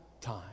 time